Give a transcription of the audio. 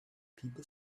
people